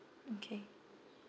okay